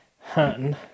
Hunting